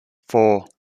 four